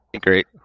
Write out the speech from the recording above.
Great